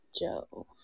Joe